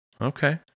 Okay